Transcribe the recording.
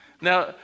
Now